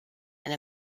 and